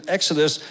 Exodus